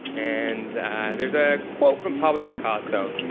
and there's a quote from pablo picasso,